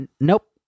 nope